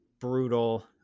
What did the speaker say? brutal